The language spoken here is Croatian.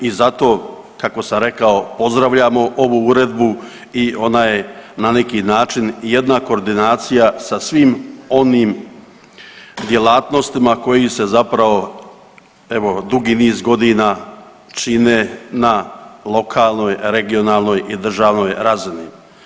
I zato kako sam rekao pozdravljamo ovu uredbu i ona je na neki način jedna koordinacija sa svim onim djelatnostima koji se zapravo dugi niz godina čine na lokalnoj, regionalnoj i državnoj razini.